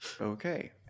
okay